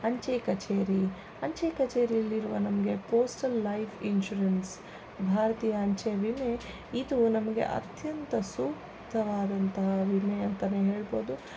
ಅಂಚೆ ಕಚೇರಿ ಅಂಚೆ ಕಚೇರಿಯಲ್ಲಿರುವ ನಮಗೆ ಪೋಸ್ಟಲ್ ಲೈಫ್ ಇನ್ಶೂರೆನ್ಸ್ ಭಾರತೀಯ ಅಂಚೆ ವಿಮೆ ಇದು ನಮಗೆ ಅತ್ಯಂತ ಸೂಕ್ತವಾದಂತಹ ವಿಮೆ ಅಂತಲೇ ಹೇಳ್ಬೋದು